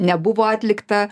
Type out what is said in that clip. nebuvo atlikta